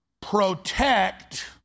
protect